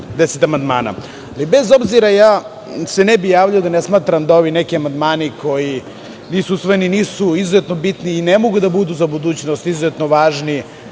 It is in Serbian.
10 amandmana. Ali, bez obzira, ne bih se javljao da ne smatram da ovi neki amandmani, koji nisu usvojeni, nisu izuzetno bitni i ne mogu da budu za budućnost izuzetno važni,